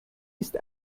ist